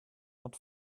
not